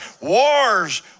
wars